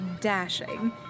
dashing